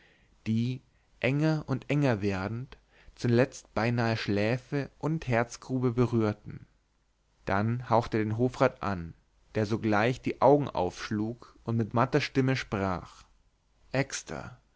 die enger und enger werdend zuletzt beinahe schläfe und herzgrube berührten dann hauchte er den hofrat an der sogleich die augen aufschlug und mit matter stimme sprach exter